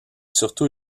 surtout